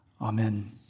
Amen